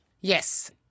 Yes